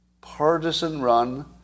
partisan-run